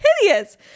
hideous